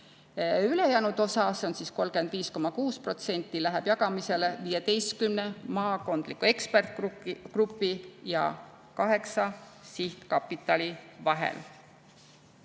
Ülejäänud osa, see on 35,6%, läheb jagamisele 15 maakondliku ekspertgrupi ja 8 sihtkapitali vahel.